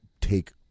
take